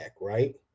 right